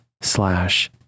slash